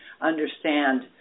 understand